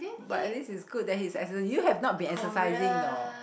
but at least he's good that he's exercising you have not been exercising though